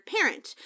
parent